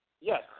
Yes